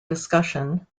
discussion